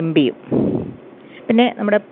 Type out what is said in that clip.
M ബിയും പിന്നെ നമ്മുടെ